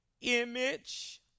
image